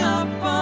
up